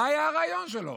זה היה הרעיון שלו.